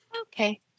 Okay